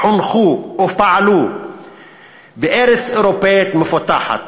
חונכו ופעלו בארץ אירופית מפותחת,